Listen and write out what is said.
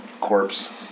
corpse